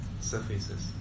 surfaces